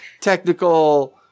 technical